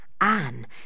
Anne